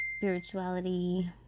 spirituality